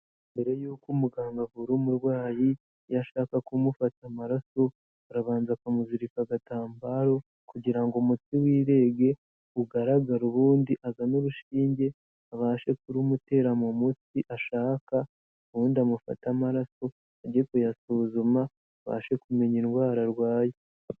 Mbere y'uko umuganga avura umurwayi, iyo ashaka kumufata amaraso arabanza akamuzirika agatambaro kugira ngo umutsi wirenge, ugaragare ubundi azane urushinge abashe kurumutera mu mutsi ashaka ubundi amufata amaraso, ajye kuyasuzuma abashe kumenya indwara arwaye.